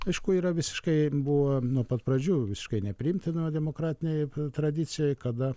aišku yra visiškai buvo nuo pat pradžių visiškai nepriimtina demokratinėj tradicijoj kada